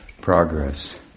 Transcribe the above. progress